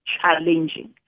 challenging